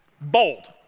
Bold